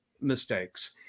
mistakes